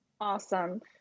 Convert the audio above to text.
awesome